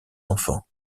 enfants